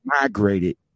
migrated